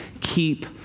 keep